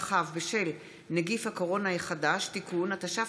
לשם צמצום התפשטות נגיף הקורונה החדש) (תיקון מס'